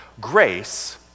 Grace